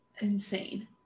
Insane